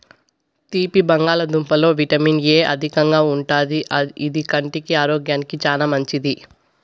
తీపి బంగాళదుంపలలో vitamin A అధికంగా ఉంటాది, ఇది కంటి ఆరోగ్యానికి చానా మంచిది